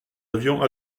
avions